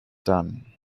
done